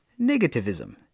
negativism